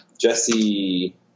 Jesse